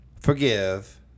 forgive